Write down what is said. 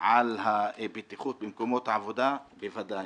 על הבטיחות במקומות העבודה בוודאי.